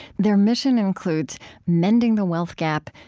their mission includes mending the wealth gap,